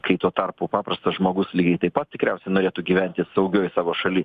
kai tuo tarpu paprastas žmogus lygiai taip pat tikriausiai norėtų gyventi saugioj savo šaly